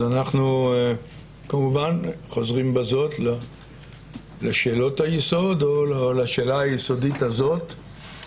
אז אנחנו כמובן חוזרים בזאת לשאלות היסוד או לשאלה היסודית הזאת,